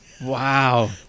Wow